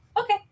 Okay